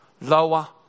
Lower